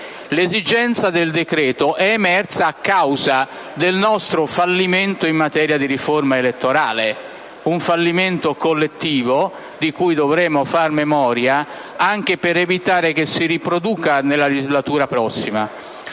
L'esigenza del decreto-legge è emersa a causa del nostro fallimento in materia di riforma elettorale. Un fallimento collettivo, di cui dovremo fare memoria, anche per evitare che si riproduca nella legislatura prossima.